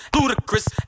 ludicrous